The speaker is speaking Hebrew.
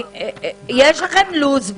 יש לכם לו"ז ברור.